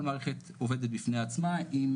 כל מערכת עובדת בפני עצמה עם